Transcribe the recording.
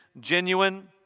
genuine